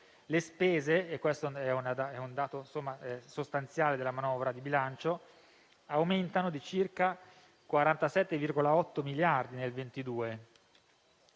Le spese - e questo è un dato sostanziale della manovra di bilancio - aumentano di circa 47,8 miliardi di euro